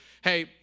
Hey